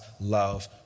love